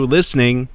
listening